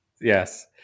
Yes